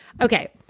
Okay